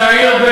סגן שר החינוך,